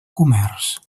comerç